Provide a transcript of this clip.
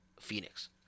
Phoenix